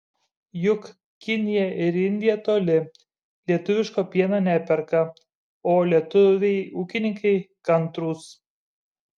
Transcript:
juk kinija ir indija toli lietuviško pieno neperka o lietuviai ūkininkai kantrūs